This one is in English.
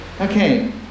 Okay